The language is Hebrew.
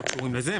קשורים לזה,